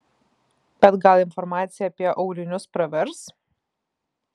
bet gal informacija apie aulinius pravers